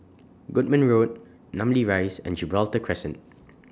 Goodman Road Namly Rise and Gibraltar Crescent